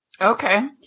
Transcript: Okay